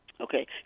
okay